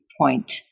point